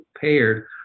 paired